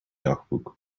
dagboek